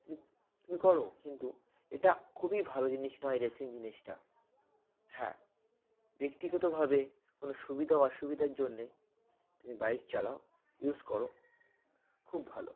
তুমি তুমি করো কিন্তু এটা খুবই ভালো জিনিস নয় রেসিং জিনিসটা হ্যাঁ ব্যক্তিগতভাবে কোনো সুবিধা অসুবিধার জন্যে তুমি বাইক চালাও ইউজ করো খুব ভালো